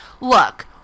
look